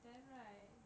then right